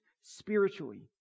spiritually